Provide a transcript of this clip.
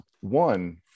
one